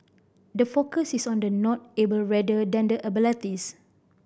the focus is on the not able rather than the abilities